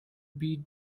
beat